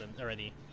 already